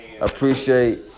Appreciate